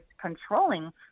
controlling